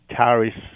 tariffs